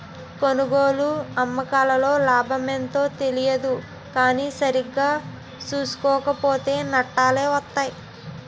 కొనుగోలు, అమ్మకాల్లో లాభమెంతో తెలియదు కానీ సరిగా సూసుకోక పోతో నట్టాలే వొత్తయ్